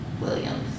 Williams